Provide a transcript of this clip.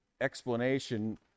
explanation